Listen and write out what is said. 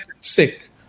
sick